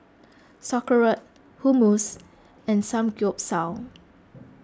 Sauerkraut Hummus and Samgeyopsal